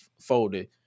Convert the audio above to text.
folded